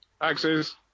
axes